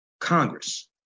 Congress